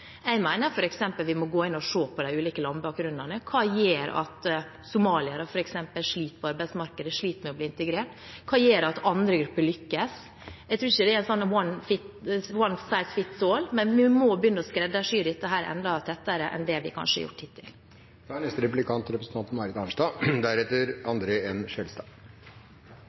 Jeg mener f.eks. at vi må se på ulik bakgrunn: Hva er det som gjør at f.eks. somaliere sliter på arbeidsmarkedet og sliter med å bli integrert? Hva gjør at andre grupper lykkes? Jeg tror ikke at «one size fits all», men vi må begynne med å skreddersy dette enda tettere enn vi har gjort hittil.